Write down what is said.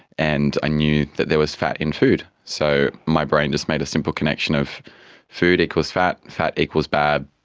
and i knew that there was fat in food. so my brain just made a simple connection of food equals fat, fat equals bad,